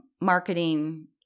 marketing